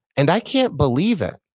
and i can't believe it.